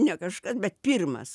ne kažkas bet pirmas